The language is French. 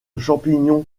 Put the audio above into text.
champignon